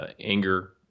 anger